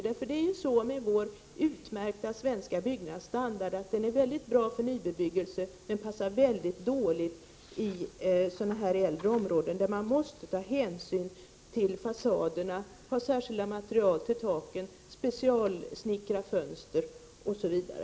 Det är ju så med vår utmärkta svenska byggnadsstandard att den fungerar mycket bra när det gäller nybebyggelse men att den passar mycket dåligt i äldre områden där man måste ta hänsyn till fasader, använda särskilda material till taken, specialsnickra fönster osv.